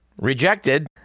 rejected